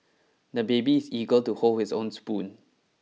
the baby is eager to hold his own spoon